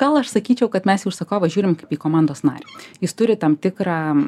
gal aš sakyčiau kad mes į užsakovą žiūrim kaip į komandos narį jis turi tam tikrą